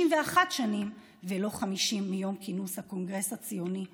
51 שנים ולא 50 מיום כינוס הקונגרס הציוני הראשון.